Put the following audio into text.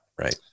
right